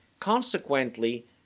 Consequently